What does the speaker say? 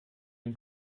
den